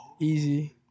Easy